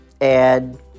add